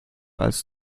als